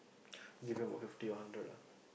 give me about fifty hundred